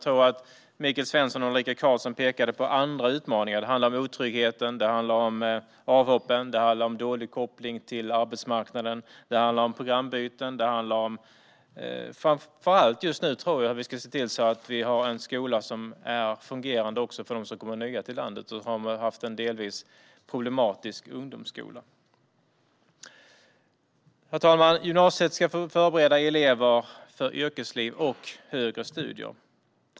Michael Svensson och Ulrika Carlsson pekade på andra utmaningar som handlar om otryggheten, avhoppen, dålig koppling till arbetsmarknaden och programbyten. Just nu tror jag att vi framför allt ska se till att vi har en skola som är fungerande också för dem som kommer nya till landet och som haft en delvis problematisk ungdomsskola. Herr talman! Gymnasiet ska förbereda elever för yrkesliv och högre studier.